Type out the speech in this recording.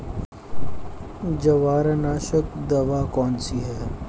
जवारनाशक दवा कौन सी है?